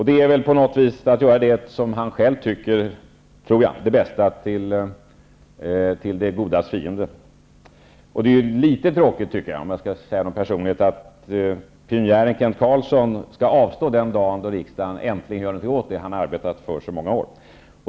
Det är att på något vis göra det som han själv tycker är det bästa till det godas fiende. Om jag skall säga någonting personligt, tycker jag att det är litet tråkigt att pionjären Kent Carlsson skall avstå i voteringen den dag riksdagen äntligen gör någonting åt det som han har arbetat för i så många år.